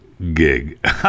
gig